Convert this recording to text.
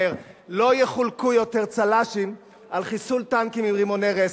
אומר: לא יחולקו יותר צל"שים על חיסול טנקים עם רימוני רסס.